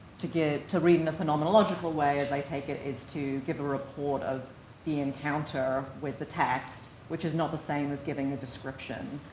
to get, to read in a phenomenological way, as i take it, is to give a report of the encounter with the text, which is not the same as giving a description,